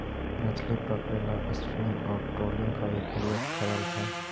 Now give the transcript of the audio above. मछली पकड़े ला स्पिनिंग और ट्रोलिंग का भी प्रयोग करल हई